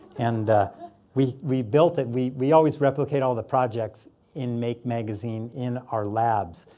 and we we built it. we we always replicate all the projects in make magazine in our labs.